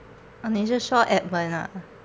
oh 你是说 edmond ah